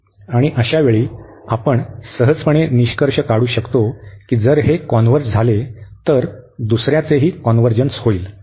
आणि अशा वेळी आपण सहजपणे निष्कर्ष काढू शकतो की जर हे कॉन्व्हर्ज झाले तर दुसर्याचेही कॉन्व्हर्जन्स होईल